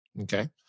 Okay